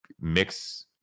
mix